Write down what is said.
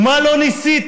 מה לא ניסיתם?